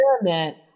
experiment